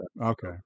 Okay